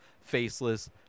faceless